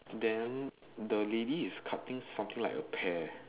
then the lady is cutting something like a pear